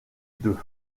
deux